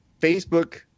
Facebook